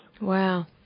Wow